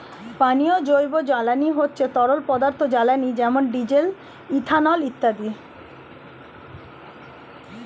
পানীয় জৈব জ্বালানি হচ্ছে তরল পদার্থ জ্বালানি যেমন ডিজেল, ইথানল ইত্যাদি